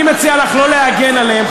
אני מציע לך לא להגן עליהם,